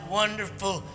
wonderful